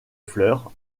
fleur